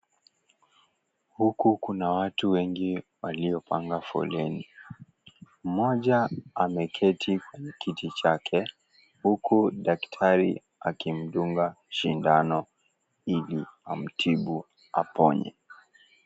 Uku kuna watu wengi waliopanga foleni, mmoja ameketi kiti chake ,uku daktari akimdunga shidano ili amtibu aponye.